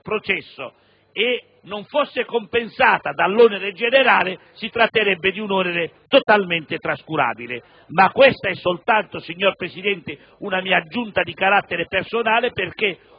processo e non fosse compensata dall'onere generale, essa comporterebbe un onere totalmente trascurabile. Questa, però, signor Presidente, è soltanto un'aggiunta di carattere personale perché ho